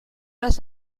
las